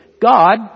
God